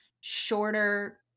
shorter